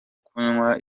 kunywa